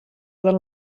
del